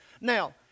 Now